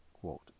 quote